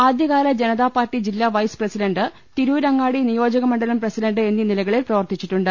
ആദ്യകാല ജനതാ പാർട്ടി ജില്ലാ vice president Tirurangadi നിയോജക മണ്ഡലം പ്രസിഡണ്ട് എന്നീ നിലകളിൽ പ്രവർത്തിച്ചിട്ടുണ്ട്